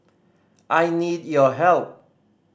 I need your help